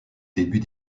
début